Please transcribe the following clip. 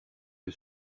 que